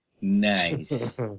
Nice